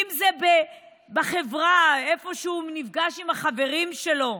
אם זה בחברה וכשהוא נפגש עם החברים שלו,